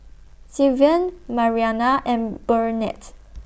Sylvan Marianna and Burnett